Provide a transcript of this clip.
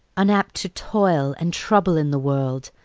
unapt to toll and trouble in the world,